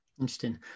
Interesting